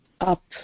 up